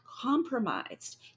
compromised